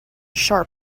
sharp